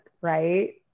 right